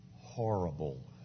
horrible